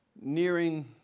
nearing